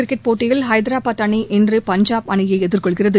cricket போட்டியில் ஹைதராபாத் அணி இன்று பஞ்சாப் அணியை எதிர்கொள்கிறது